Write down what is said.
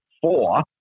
four